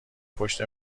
پشت